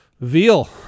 Veal